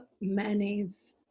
mayonnaise